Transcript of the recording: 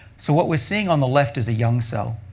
so what we're seeing on the left is a young cell.